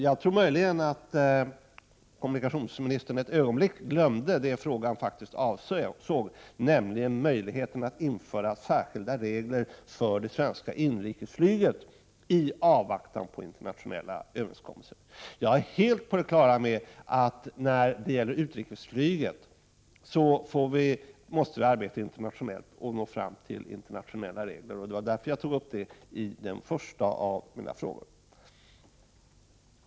Jag tror att kommunikationsministern för ett ögonblick möjligen glömde det frågan faktiskt avsåg, nämligen möjligheten att införa särskilda regler för det svenska inrikesflyget i avvaktan på internationella överenskommelser. Jag är helt på det klara med att vi i fråga om utrikesflyget måste arbeta internationellt och försöka få fram internationella regler. Därför tog jag upp den saken i den första av mina frågor.